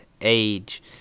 age